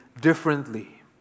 differently